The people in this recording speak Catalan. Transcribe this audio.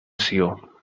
sió